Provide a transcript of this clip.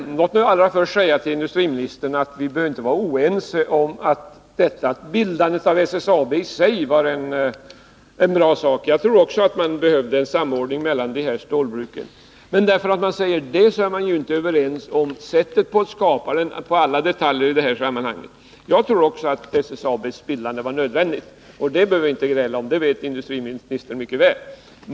Herr talman! Låt mig allra först säga till industriministern att vi inte behöver vara oense om att bildandet av SSAB i sig var en bra sak. Också jag tror att det behövdes en samordning mellan de här stålbruken. Men vi är inte bara genom att konstatera detta överens i alla detaljer när det gäller sättet på vilket SSAB skapades. Också jag tror som sagt att SSAB:s bildande var nödvändigt, så det behöver vi inte gräla om, och det vet industriministern mycket väl.